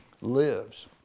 lives